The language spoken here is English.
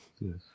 Yes